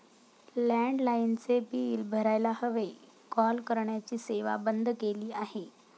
लँडलाइनचे बिल भरायला हवे, कॉल करण्याची सेवा बंद केली आहे